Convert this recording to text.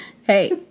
Hey